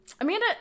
amanda